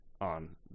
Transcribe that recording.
on